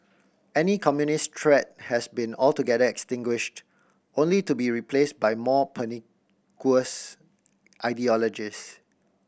any communist threat has been altogether extinguished only to be replaced by more pernicious ideologies